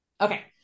Okay